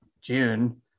June